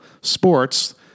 sports